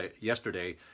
yesterday